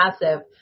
massive